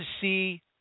see